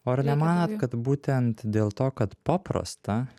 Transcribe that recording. o ar nemanot kad būtent dėl to kad paprasta